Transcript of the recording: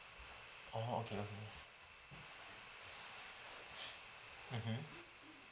orh okay okay mmhmm